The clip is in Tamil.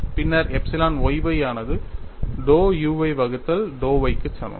பின்னர் எப்சிலன் y y ஆனது dou u y வகுத்தல் dou y க்கு சமம்